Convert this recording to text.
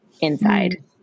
inside